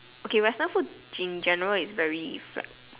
okay Western food in general is very fried